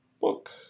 book